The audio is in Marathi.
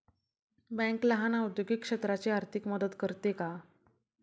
बँक लहान औद्योगिक क्षेत्राची आर्थिक मदत करते का?